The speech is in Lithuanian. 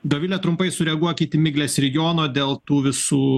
dovile trumpai sureaguokit į miglės ir jono dėl tų visų